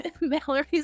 Mallory's